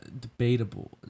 debatable